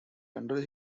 under